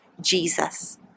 Jesus